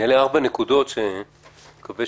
אעלה ארבע נקודות שאני מקווה